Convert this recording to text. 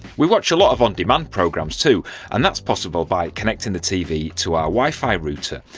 we watch a lot of on-demand programs too and that's possible by connecting the tv to our wi-fi router,